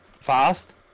fast